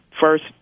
first